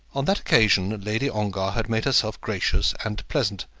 on that occasion lady ongar had made herself gracious and pleasant,